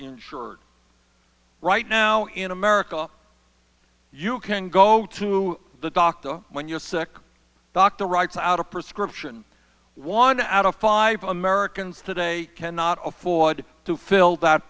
insured right now in america you can go to the doctor when your sick doctor writes out a prescription one out of five americans today cannot afford to fill that